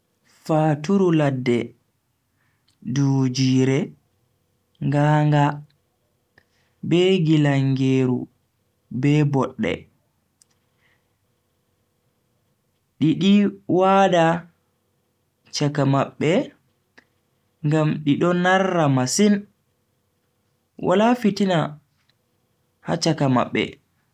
Faturu ladde, Dujire, nganga, be gilangero be bodde. dido waada chaka mabbe ngam di do narra masin wala fitina ha chaka mabbe.